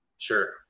sure